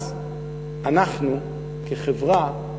אז אנחנו, כחברה,